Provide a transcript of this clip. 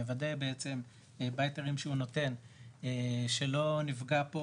מוודא בהיתרים שהוא נותן שלא נפגע פה